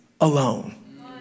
alone